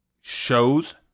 shows